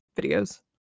videos